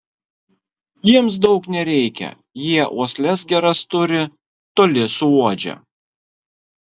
jiems daug nereikia jie uosles geras turi toli suuodžia